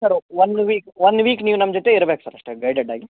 sir ಒಂದು week ಒಂದು week ನೀವು ನಮ್ಮ ಜೊತೆ ಇರ್ಬೇಕು ಸರ್ ಅಷ್ಟೇ ಗೈಡೆಡ್ ಆಗಿ